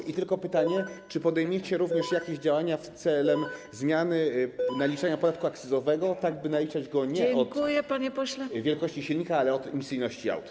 I tylko pytanie: Czy podejmiecie również jakieś działania celem zmiany naliczenia podatku akcyzowego, tak by naliczać go nie od wielkości silnika, ale od emisyjności aut?